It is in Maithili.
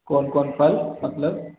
कोन कोन फल मतलब